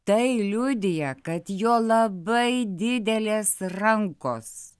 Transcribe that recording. tai liudija kad jo labai didelės rankos